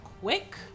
quick